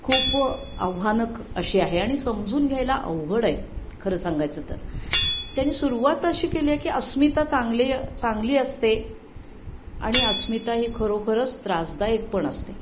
खूप आव्हानक अशी आहे आणि समजून घ्यायला अवघड आहे खरं सांगायचं तर त्यांनी सुरुवात अशी केली आहे की अस्मिता चांगली चांगली असते आणि अस्मिता ही खरोखरच त्रासदायक पण असते